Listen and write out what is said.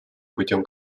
путем